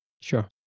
Sure